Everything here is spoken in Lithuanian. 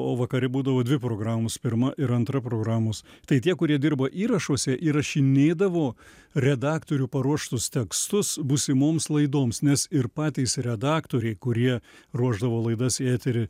o vakare būdavo dvi programos pirma ir antra programos tai tie kurie dirbo įrašuose įrašinėdavo redaktorių paruoštus tekstus būsimoms laidoms nes ir patys redaktoriai kurie ruošdavo laidas į eterį